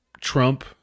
Trump